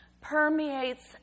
permeates